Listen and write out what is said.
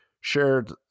shared